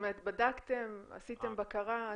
עשיתם בקרה?